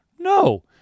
no